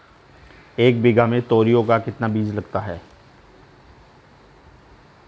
एक बीघा में तोरियां का कितना बीज लगता है?